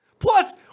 Plus